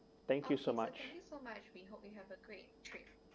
thank you so much